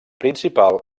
principal